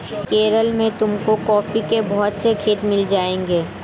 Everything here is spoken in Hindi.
केरला में तुमको कॉफी के बहुत से खेत मिल जाएंगे